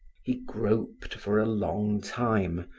he groped for a long time,